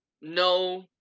no